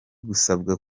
gusabwa